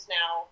now